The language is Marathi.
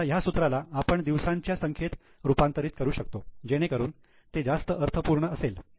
आता ह्या सूत्राला आपण दिवसांच्या संख्येत रूपांतरित करू शकतो जेणेकरून ते जास्त अर्थपूर्ण असेल